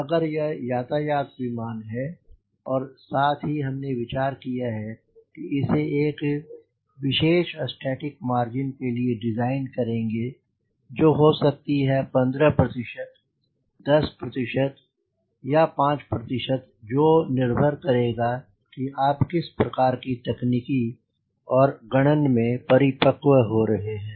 अगर यह यातायात विमान है और साथ ही हमने विचार किया है इसे एक विशेष स्टैटिक मार्जिन के लिए डिज़ाइन करेंगे जो हो सकती है 15प्रतिशत 10 प्रतिशतpercent 5 प्रतिशत जो निर्भर करेगा कि आप किस प्रकार तकनीकी और गणन में परिपक्व हो रहे हैं